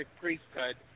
priesthood